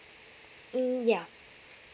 mm yeah